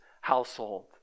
household